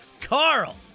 Carl